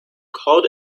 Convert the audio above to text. called